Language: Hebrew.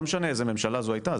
לא משנה איזו ממשלה זאת הייתה,